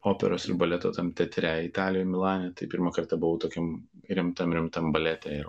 operos ir baleto teatre italijoj milane tai pirmą kartą buvau tokiam rimtam rimtam balete ir